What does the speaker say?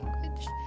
language